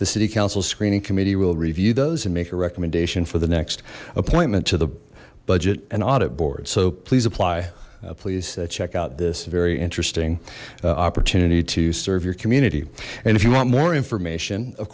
the city council's screening committee will view those and make a recommendation for the next appointment to the budget and audit board so please apply please check out this very interesting opportunity to serve your community and if you want more information of